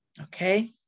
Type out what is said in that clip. okay